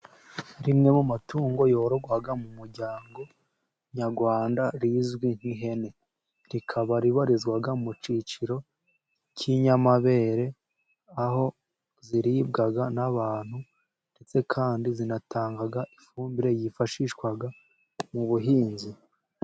Rimwe mu matungo yororwa mu muryango nyarwanda, rizwi nk'ihene. Rikaba ribarizwa mu cyiciro cy'inyamabere aho ziribwa n'abantu ndetse kandi zinatanga ifumbire yifashishwa mu buhinzi.